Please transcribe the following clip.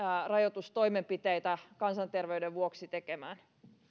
rajoitustoimenpiteitä kansanterveyden vuoksi tekemään